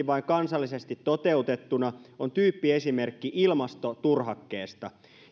vain kansallisesti toteutettuna on tyyppiesimerkki ilmastoturhakkeesta